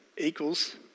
equals